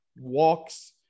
walks